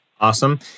Awesome